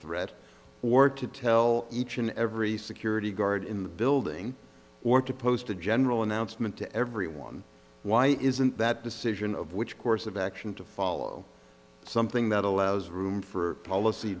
threat or to tell each and every security guard in the building or to post a general announcement to everyone why isn't that decision of which course of action to follow something that allows room for policy